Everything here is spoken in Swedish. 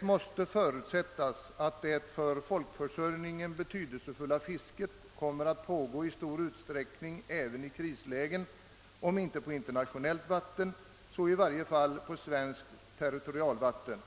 — »måste förutsättas att det för folkförsörjningen betydelsefulla fisket kommer att pågå i stor utsträckning även i krislägen, om inte på internationellt vatten så i varje fall på svenskt territorialvatten».